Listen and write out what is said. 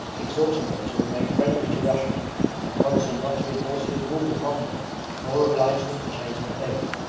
exhorting them to remain friendly to russia and promising not to enforce his rule upon them nor oblige them to change their faith.